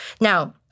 Now